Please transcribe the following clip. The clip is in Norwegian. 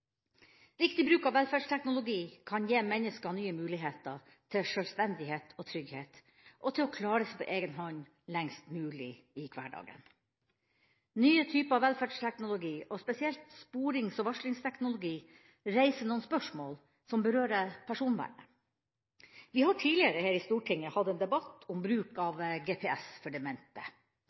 Riktig bruk av velferdsteknologi kan gi mennesker nye muligheter til selvstendighet og trygghet og til å klare seg på egen hånd lengst mulig i hverdagen. Nye typer velferdsteknologi, og spesielt sporings- og varslingsteknologi, reiser noen spørsmål som berører personvernet. Vi har tidligere her i Stortinget hatt en debatt om bruk av GPS for demente,